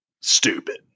stupid